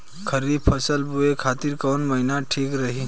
खरिफ फसल बोए खातिर कवन महीना ठीक रही?